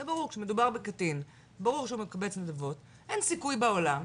שיהיה ברור: כשמדובר בקטין שברור שהוא מקבץ נדבות - אין סיכוי בעולם.